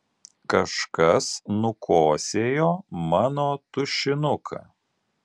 kažkas nukosėjo mano tušinuką